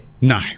No